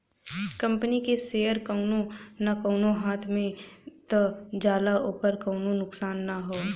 company के share कउनो न कउनो हाथ मे त जाला ओकर कउनो नुकसान ना हौ